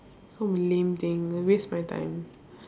so lame thing waste my time